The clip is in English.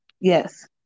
Yes